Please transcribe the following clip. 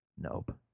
Nope